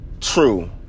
true